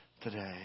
today